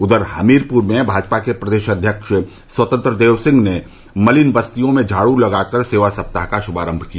उधर हमीरपुर में भाजपा के प्रदेश अध्यक्ष स्वतंत्र देव सिंह ने मलिन बस्तियों में झाड़ू लगाकर सेवा सप्ताह का श्भारम्भ किया